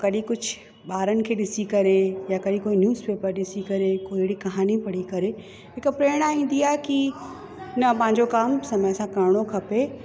और कॾहिं कुझु ॿारनि खे ॾिसी करे या कॾहिं कोई न्यूसपेपर ॾिसी करे कोई अहिड़ी कहाणी पढ़ी करे हिकु प्रेरणा ईंदी आहे की न पंहिंजो कमु समय सां करिणो खपे